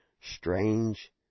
strange